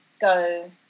go